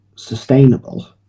sustainable